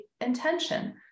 intention